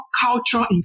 cultural